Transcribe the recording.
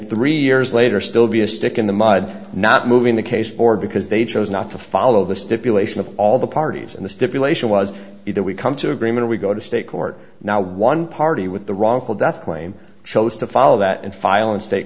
three years later still be a stick in the mud not moving the case or because they chose not to follow the stipulation of all the parties and the stipulation was either we come to agreement or we go to state court now one party with the wrongful death claim chose to follow that and file in state